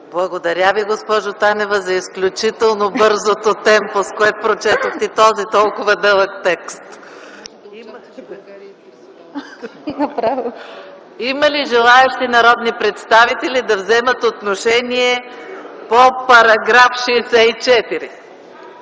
Благодаря, госпожо Танева, за изключително бързото темпо, с което прочетохте този толкова дълъг текст. Има ли желаещи народни представители да вземат отношение по § 64?